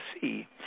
see